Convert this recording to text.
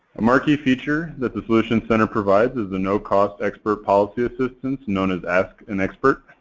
a marquis feature that the solutions center provides is the no-cost expert policy assistance known as ask an expert.